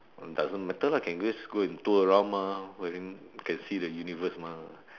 doesn't matter lah can just go and tour around mah can see the universe mah